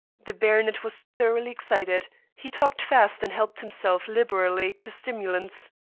the baronet was thoroughly excited. he talked fast, and helped himself liberally to stimulants.